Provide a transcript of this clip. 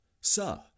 Sir